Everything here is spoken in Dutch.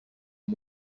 een